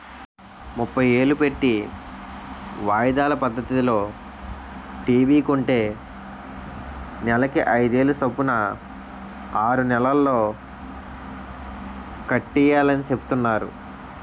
ముప్పై ఏలు పెట్టి వాయిదాల పద్దతిలో టీ.వి కొంటే నెలకి అయిదేలు సొప్పున ఆరు నెలల్లో కట్టియాలని సెప్తున్నారు